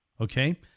Okay